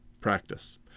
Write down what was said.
practice